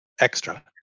extra